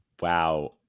Wow